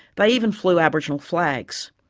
they even flew aboriginal flags.